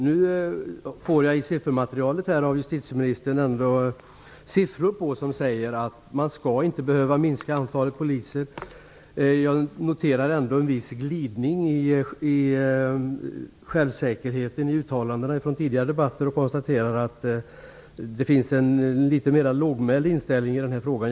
Det finns i det siffermaterial jag fick av justitieministern siffror som säger att man inte skall behöva minska antalet poliser. Jag noterar ändå en viss glidning i självsäkerheten i uttalandena jämfört med tidigare debatter och konstaterar att inställningen är litet mer lågmäld i denna fråga.